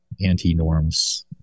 anti-norms